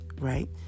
right